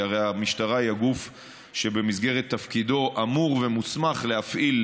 כי הרי המשטרה היא הגוף שבמסגרת תפקידו אמור ומוסמך להפעיל,